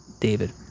David